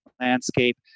landscape